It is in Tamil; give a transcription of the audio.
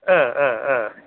ஆ ஆ ஆ